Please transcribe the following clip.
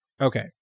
Okay